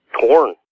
torn